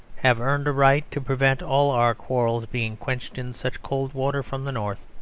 have earned a right to prevent all our quarrels being quenched in such cold water from the north.